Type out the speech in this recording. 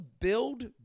build